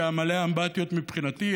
שהיה מלא אמבטיות מבחינתי,